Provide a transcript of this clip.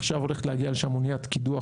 עכשיו הולכת להגיע לשם אוניית קידוח